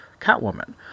Catwoman